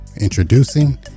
Introducing